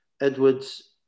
Edwards